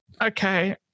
okay